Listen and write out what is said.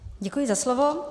Děkuji za slovo.